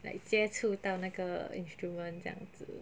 like 接触到那个 instrument 这样子